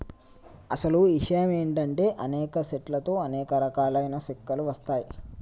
అసలు ఇషయం ఏంటంటే అనేక సెట్ల తో అనేక రకాలైన సెక్కలు వస్తాయి